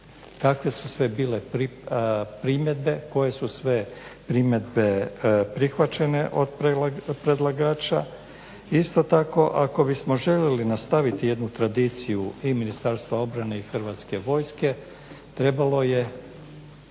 kakve su sve bile primjedbe, koje su sve primjedbe prihvaćene od predlagača. Isto tako ako bi smo željeli nastaviti jednu tradiciju i Ministarstva obrane i Hrvatske vojske trebalo je,